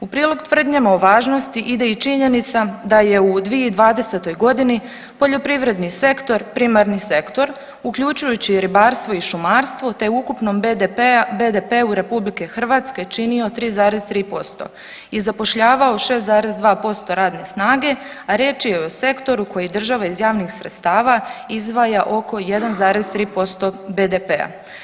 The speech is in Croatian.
U prilog tvrdnjama o važnosti ide i činjenica da je u 2020. godini poljoprivredni sektor primarni sektor uključujući i ribarstvo i šumarstvo te u ukupnom BDP-u RH činio 3,3% i zapošljavao 6,2% radne snage, a riječ je i o sektoru koji država iz javnih sredstava izdvaja oko 1,3% BDP-a.